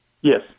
Yes